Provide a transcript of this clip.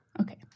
Okay